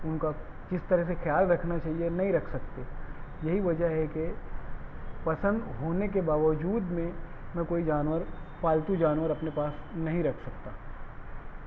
ان کا کس طرح سے خیال رکھنا چہیے نہیں رکھ سکتے یہی وجہ ہے کہ پسند ہونے کے باوجود میں میں کوئی جانور پالتو جانور اپنے پاس نہیں رکھ سکتا